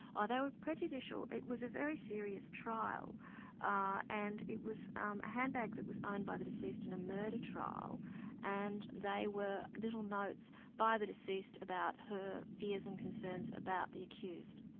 ah they were prejudicial. it was a very serious trial ah and it was a handbag that was owned by the deceased in a murder trial and they were little notes by the deceased about her fears and concerns about the accused.